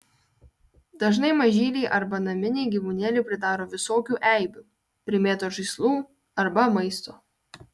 dažnai mažyliai arba naminiai gyvūnėliai pridaro visokių eibių primėto žaislų arba maisto